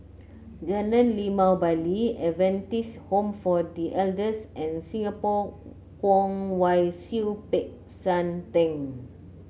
Jalan Limau Bali Adventist Home for The Elders and Singapore Kwong Wai Siew Peck San Theng